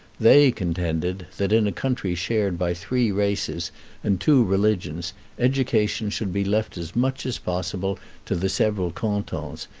they contended that in a country shared by three races and two religions education should be left as much as possible to the several cantons,